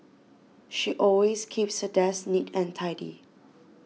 she always keeps her desk neat and tidy